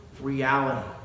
reality